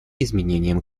изменением